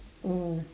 mm